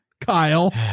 Kyle